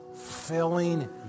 filling